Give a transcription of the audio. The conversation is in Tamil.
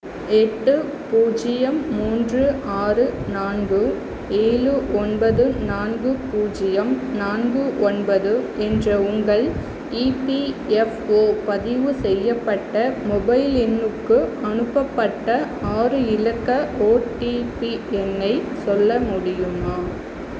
எட்டு பூஜ்யம் மூன்று ஆறு நான்கு ஏழு ஒன்பது நான்கு பூஜ்யம் நான்கு ஒன்பது என்ற உங்கள் இபிஎஃப்ஓ பதிவு செய்யப்பட்ட மொபைல் எண்ணுக்கு அனுப்பப்பட்ட ஆறு இலக்க ஓடிபி எண்ணை சொல்ல முடியுமா